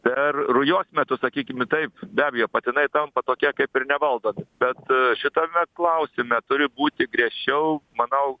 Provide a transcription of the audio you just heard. per rujos metu sakykimi taip be abejo patinai tampa tokie kaip ir nevaldo bet šitame klausime turi būti griežčiau manau